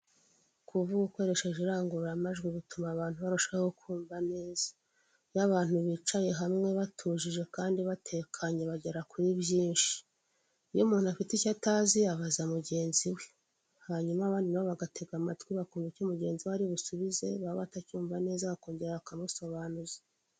Kuvuga ukoresheje irangururamajwi bituma abantu barushaho kumva neza. Iyo abantu bicaye hamwe batujije kandi batekanye bagera kuri byinshi. Iyo umuntu afite icyo atazi abaza mugenzi we, hanyuma abandi bagatega amatwi bakumva icyo mugenzi we ari busubize, baba batacyumva neza bakongera bakamusobanuza.